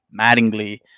Mattingly